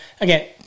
again